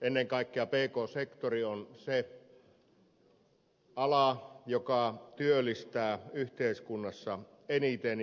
ennen kaikkea pk sektori on se ala joka työllistää yhteiskunnassa eniten